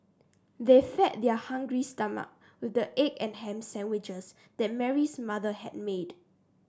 they fed their hungry stomach with the egg and ham sandwiches that Mary's mother had made